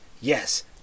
yes